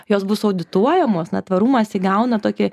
jos bus audituojamos na tvarumas įgauna tokį